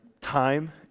time